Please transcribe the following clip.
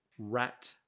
Rat